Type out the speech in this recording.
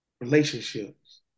relationships